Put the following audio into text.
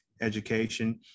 education